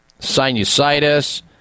sinusitis